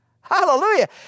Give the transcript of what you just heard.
Hallelujah